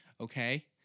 okay